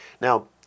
Now